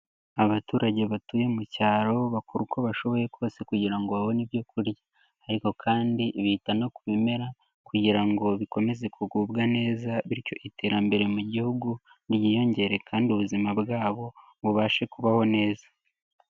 Abaturage batuye mu cyaro bakora uko bashoboye kose kugira ngo babone ibyo kurya. Ariko kandi bita no ku bimera kugira ngo bikomeze kugubwa neza bityo iterambere mu Gihugu ryiyongere kandi ubuzima bwabo bubashe kubaho neza.